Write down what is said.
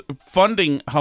funding